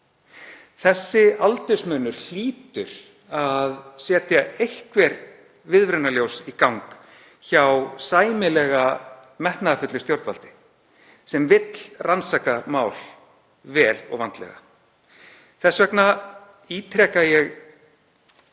Þessi aldursmunur hlýtur að setja einhver viðvörunarljós í gang hjá sæmilega metnaðarfullu stjórnvaldi sem vill rannsaka mál vel og vandlega. Þess vegna ítreka ég